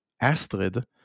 Astrid